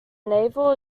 naval